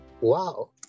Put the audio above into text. Wow